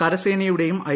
കരസേനയുടെയും I